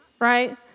right